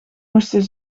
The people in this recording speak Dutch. moesten